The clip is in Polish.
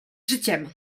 życiem